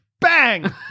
Bang